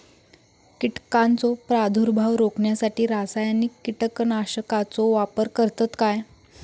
कीटकांचो प्रादुर्भाव रोखण्यासाठी रासायनिक कीटकनाशकाचो वापर करतत काय?